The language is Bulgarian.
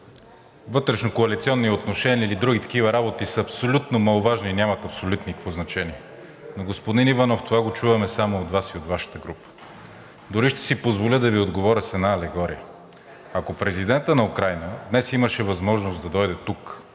вътрешнокоалиционни отношения или други такива работи са абсолютно маловажни и нямат абсолютно никакво значение. Но, господин Иванов, това го чуваме само от Вас и от Вашата група. Дори ще си позволя да Ви отговоря с една алегория. Ако президентът на Украйна днес имаше възможност да дойде тук